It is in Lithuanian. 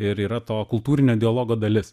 ir yra to kultūrinio dialogo dalis